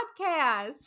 podcast